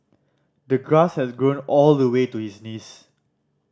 the grass has grown all the way to his knees